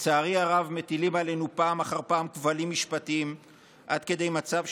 לצערי הרב מטילים עלינו פעם אחר פעם כבלים משפטיים עד כדי מצב,